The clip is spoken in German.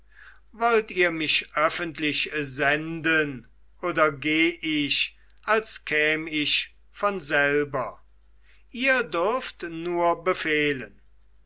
wollt ihr mich öffentlich senden oder geh ich als käm ich von selber ihr dürft nur befehlen